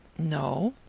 no.